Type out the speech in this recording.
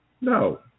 No